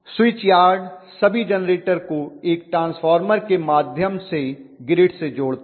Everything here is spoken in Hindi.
स्विच यार्ड सभी जेनरेटर को एक ट्रांसफार्मर के माध्यम से ग्रिड से जोड़ता है